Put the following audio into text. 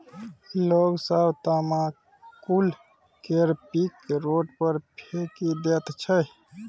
लोग सब तमाकुल केर पीक रोड पर फेकि दैत छै